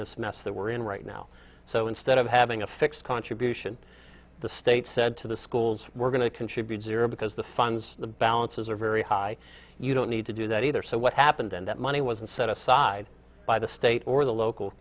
this mess that we're in right now so instead of having a fixed contribution the state said to the schools we're going to contribute zero because the funds the balances are very high you don't need to do that either so what happened and that money wasn't set aside by the state or the local